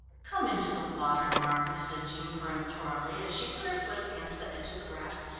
come into the water, marcus, said jean peremptorily, as she put her foot against the edge of the raft,